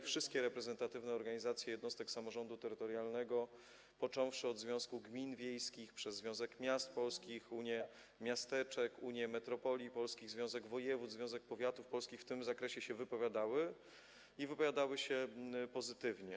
Wszystkie reprezentatywne organizacje jednostek samorządu terytorialnego, począwszy od Związku Gmin Wiejskich przez Związek Miast Polskich, Unię Miasteczek Polskich, Unię Metropolii Polskich, Związek Województw, po Związek Powiatów Polskich, w tym zakresie się wypowiadały i to wypowiadały się pozytywnie.